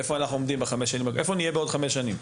איפה נהיה בעוד חמש שנים?